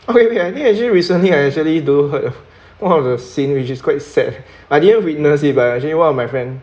okay I think actually recently I do heard of one of the scene which is quite sad I didn't witness it but actually one of my friend